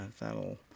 That'll